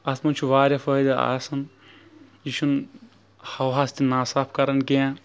اَتھ منٛز چھُ واریاہ فٲیدٕ آسان یہِ چھُ نہٕ ہواہَس تہِ ناصاف کران کیٚنٛہہ